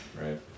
right